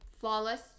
Flawless